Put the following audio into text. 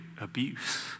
abuse